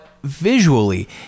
visually